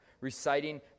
reciting